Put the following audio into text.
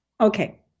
Okay